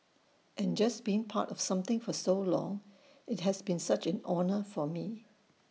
and just being part of something for so long IT has been such an honour for me